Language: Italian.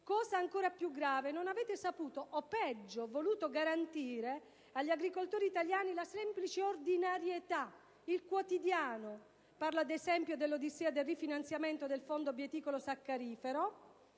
Cosa ancora più grave, non avete saputo - o, peggio, voluto - garantire agli agricoltori italiani la semplice ordinarietà, il quotidiano. Parlo, ad esempio, dell'odissea del rifinanziamento del fondo bieticolo-saccarifero,